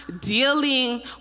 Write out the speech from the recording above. dealing